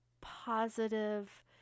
positive